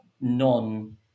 non